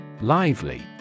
Lively